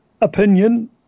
opinion